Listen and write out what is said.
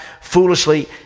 foolishly